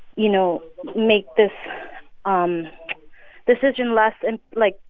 you know, make this um decision less and like,